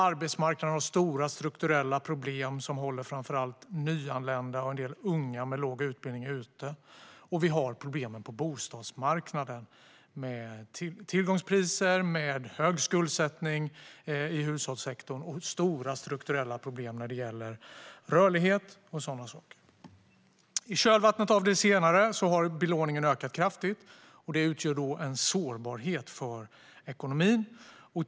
Arbetsmarknaden har stora strukturella problem som håller framför allt nyanlända och en del unga med låg utbildning ute. På bostadsmarknaden har vi tillgångspriser, hög skuldsättning i hushållssektorn och stora problem vad gäller rörlighet och sådant. I kölvattnet av det senare har belåningen ökat kraftigt, vilket utgör en sårbarhet för ekonomin.